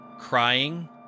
crying